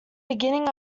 beginning